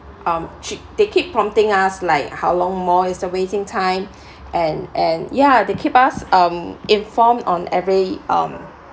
um she they keep prompting us like how long more is the waiting time and and ya they keep us um informed on every um